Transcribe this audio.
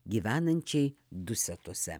gyvenančiai dusetose